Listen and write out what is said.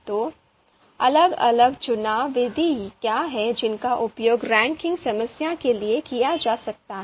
तो अलग अलग चुनाव विधि क्या हैं जिनका उपयोग रैंकिंग समस्या के लिए किया जा सकता है